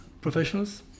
professionals